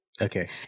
Okay